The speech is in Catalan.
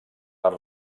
per